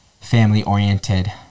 family-oriented